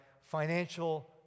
financial